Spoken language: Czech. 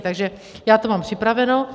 Takže já to mám připraveno.